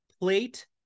plate